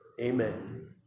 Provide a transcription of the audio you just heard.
Amen